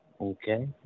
Okay